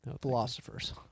philosophers